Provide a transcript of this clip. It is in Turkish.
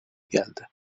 geldi